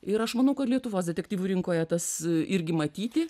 ir aš manau kad lietuvos detektyvų rinkoje tas irgi matyti